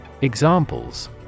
Examples